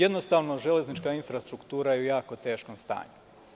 Jednostavno, železnička infrastruktura je u jako teškom stanju.